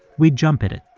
we'd jump at it.